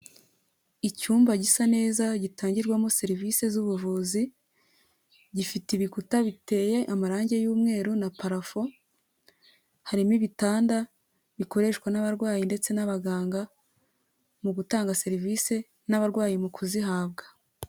Icyumba gisa neza, gitangirwamo serivisi z'ubuvuzi, gifite ibikuta biteye amarange y'umweru na parafo, harimo ibitanda bikoreshwa n'abarwayi ndetse n'abaganga mu gutanga serivise n'abarwayi mu kuzihabwa.